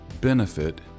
benefit